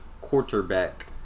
quarterback